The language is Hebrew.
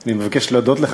אני מבקש להודות לך.